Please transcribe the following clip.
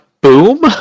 boom